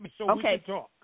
Okay